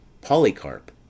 Polycarp